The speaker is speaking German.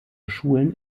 schulen